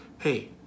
hey